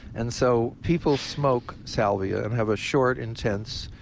and so people smoke salvia and have a short, intense,